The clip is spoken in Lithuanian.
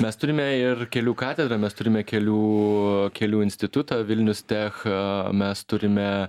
mes turime ir kelių katedrą mes turime kelių kelių institutą vilnius tech mes turime